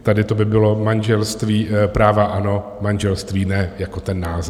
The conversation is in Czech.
Tady to by bylo manželství práva ano, manželství ne, jako ten název.